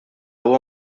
huwa